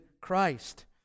Christ